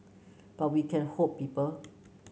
but we can hope people